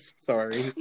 Sorry